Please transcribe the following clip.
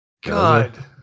God